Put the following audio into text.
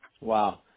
Wow